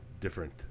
different